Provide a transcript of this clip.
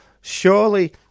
surely